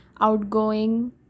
outgoing